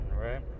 right